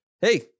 Hey